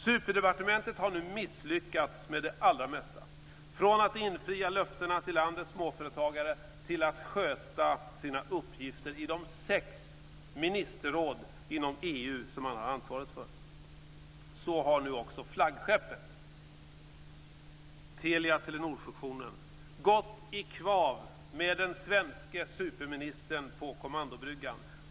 Superdepartementet har nu misslyckats med det allra mesta, från att infria löftena till landets småföretagare till att sköta sina uppgifter i de sex ministerråd inom EU som man har ansvaret för. Så har nu också flaggskeppet, Telia-Telenorfusionen, gått i kvav med den svenske superministern på kommandobryggan.